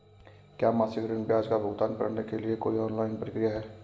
क्या मासिक ऋण ब्याज का भुगतान करने के लिए कोई ऑनलाइन प्रक्रिया है?